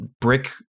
brick